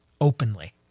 openly